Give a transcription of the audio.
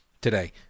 today